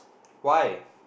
why